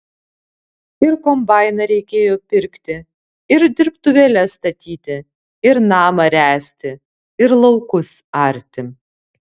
ir kombainą reikėjo pirkti ir dirbtuvėles statyti ir namą ręsti ir laukus arti